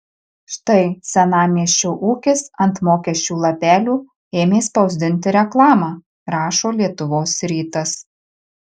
štai senamiesčio ūkis ant mokesčių lapelių ėmė spausdinti reklamą rašo lietuvos rytas